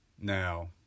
Now